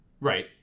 Right